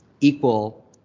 equal